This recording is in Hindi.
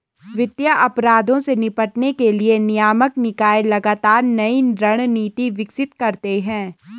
वित्तीय अपराधों से निपटने के लिए नियामक निकाय लगातार नई रणनीति विकसित करते हैं